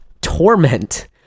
torment